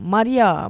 Maria